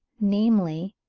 namely,